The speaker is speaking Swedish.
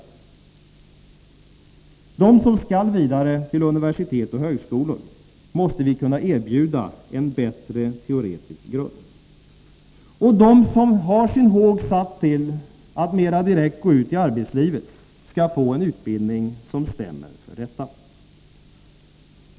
Vi måste kunna erbjuda dem som skall vidare till universitet och högskolor en bättre teoretisk grund. Och de som har sin håg satt till att mer direkt gå ut i arbetslivet skall få en utbildning som stämmer med detta.